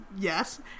yes